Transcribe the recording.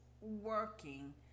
working